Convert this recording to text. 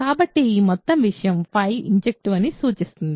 కాబట్టి ఈ మొత్తం విషయం ఇన్జెక్టివ్ అని సూచిస్తుంది